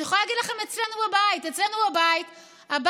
אני יכולה להגיד לכם שאצלנו בבית הבת שלי,